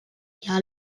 car